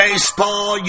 Baseball